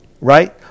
right